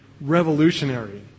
revolutionary